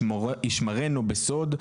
ישמרנו בסוד,